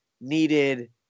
needed –